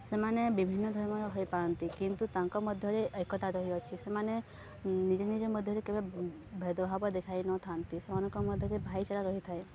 ସେମାନେ ବିଭିନ୍ନ ଧର୍ମର ହେଇପାରନ୍ତି କିନ୍ତୁ ତାଙ୍କ ମଧ୍ୟରେ ଏକତା ରହିଅଛି ସେମାନେ ନିଜେ ନିଜେ ମଧ୍ୟରେ କେବେ ଭେଦଭାବ ଦେଖାଇ ନଥାନ୍ତି ସେମାନଙ୍କ ମଧ୍ୟରେ ଭାଇଚାରା ରହିଥାଏ